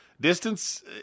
Distance